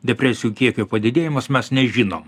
depresijų kiekio padidėjimas mes nežinom